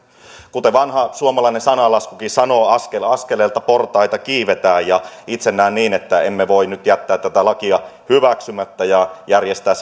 kuten vanha suomalainen sananlaskukin sanoo askel askeleelta portaita kiivetään itse näen niin että emme voi nyt jättää tätä lakia hyväksymättä ja järjestää